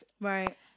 Right